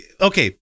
okay